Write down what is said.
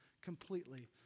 completely